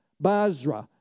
basra